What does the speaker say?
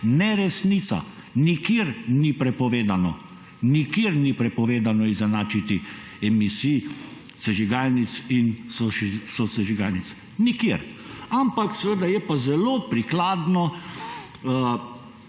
neresnica. Nikjer ni prepovedano, nikjer ni prepovedano izenačiti emisij sežigalnic in sosežigalnic, nikjer. Ampak seveda je pa zelo prikladno